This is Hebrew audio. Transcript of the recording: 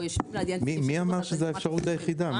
מי אמר שזו האפשרות היחידה?